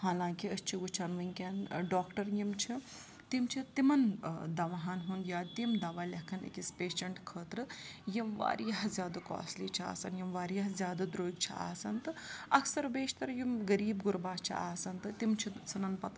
حالانٛکہِ أسۍ چھِ وٕچھان وٕنۍکٮ۪ن ڈاکٹر یِم چھِ تِم چھِ تِمَن دَواہَن ہُنٛد یا تِم دَوا لٮ۪کھان أکِس پیشنٛٹ خٲطرٕ یِم واریاہ زیادٕ کاسٹلی چھِ آسان یِم واریاہ زیادٕ درٛوٚگۍ چھِ آسان تہٕ اَکثرو بیشتَر یِم غریٖب غُربا چھِ آسان تہٕ تِم چھِ ژھٕنان پَتہٕ